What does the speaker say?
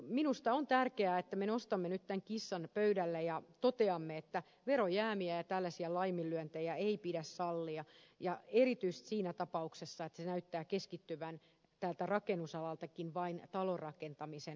minusta on tärkeää että me nostamme nyt tämän kissan pöydälle ja toteamme että verojäämiä ja tällaisia laiminlyöntejä ei pidä sallia ja erityisesti siinä tapauksessa että se näyttää keskittyvän täältä rakennusalaltakin vain talonrakentamisen toimialalle